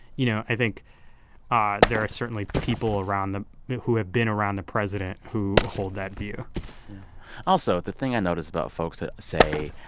you know, i think ah there are certainly people around the who have been around the president who hold that view also, the thing i notice about folks that say,